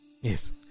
Yes